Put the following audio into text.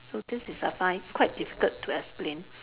so this is a I find quite difficult to explain